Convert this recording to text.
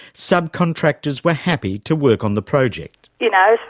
subcontractors were happy to work on the project. you know,